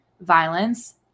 violence